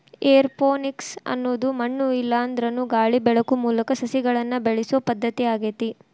aeroponics ಅನ್ನೋದು ಮಣ್ಣು ಇಲ್ಲಾಂದ್ರನು ಗಾಳಿ ಬೆಳಕು ಮೂಲಕ ಸಸಿಗಳನ್ನ ಬೆಳಿಸೋ ಪದ್ಧತಿ ಆಗೇತಿ